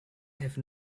have